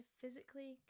physically